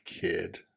kid